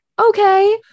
Okay